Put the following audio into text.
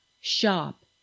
shop